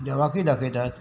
देवाकूय दाखयतात